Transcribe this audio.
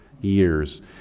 years